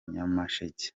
nyamasheke